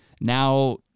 Now